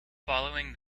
following